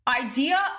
idea